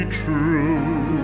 true